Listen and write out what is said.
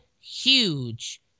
huge